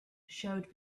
showed